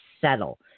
settle